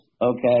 okay